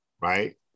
right